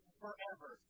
forever